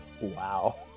Wow